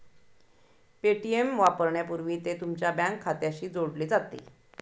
Paytm वापरण्यापूर्वी ते तुमच्या बँक खात्याशी जोडले जाते